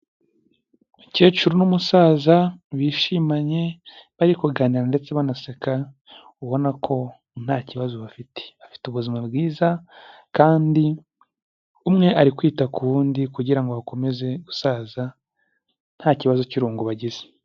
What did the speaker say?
Umukecuru n'umusaza bishimanye bari kuganira ndetse banaseka ubona ko nta kibazo, bafite afite ubuzima bwiza kandi umwe ari kwita ku wundi, kugira ngo bakomeze gusaza nta kibazo cy'irungu bagize.